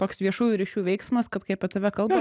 toks viešųjų ryšių veiksmas kad kai apie tave kalba